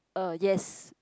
uh yes